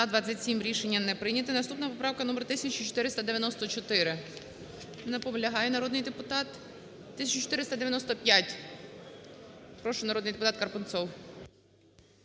За-27 Рішення не прийняте. Наступна поправка номер 1494. Наполягає народний депутат. 1495. Прошу, народний депутат Карпунцов.